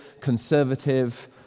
conservative